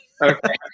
Okay